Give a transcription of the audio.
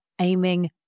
aiming